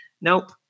nope